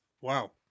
Wow